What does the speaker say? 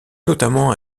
notamment